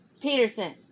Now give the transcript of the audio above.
Peterson